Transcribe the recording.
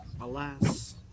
Alas